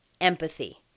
empathy